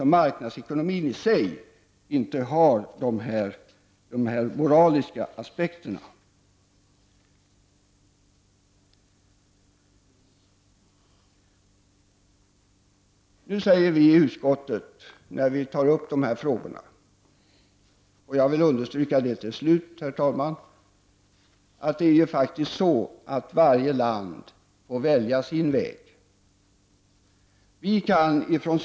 Marknadsekonomin i sig innefattar ju inte några moraliska hänsyn. Jag vill understryka vad utskottet säger i sitt betänkande, nämligen att varje land får välja sin egen väg.